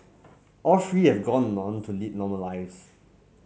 all three have gone on to lead normal lives